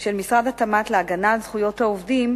של משרד התמ"ת להגנה על זכויות העובדים,